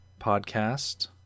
podcast